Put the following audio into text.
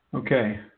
Okay